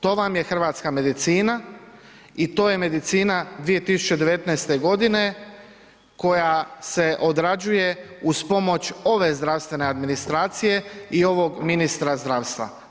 To vam je hrvatska medicina i to je medicina 2019. godine koja se odrađuje uz pomoć ove zdravstvene administracije i ovog ministra zdravstva.